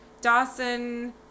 Dawson